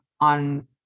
on